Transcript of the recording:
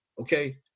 okay